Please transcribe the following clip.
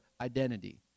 identity